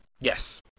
Yes